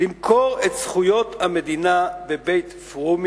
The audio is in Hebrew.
למכור את זכויות המדינה בבית-פרומין